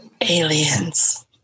aliens